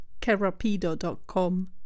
kerapido.com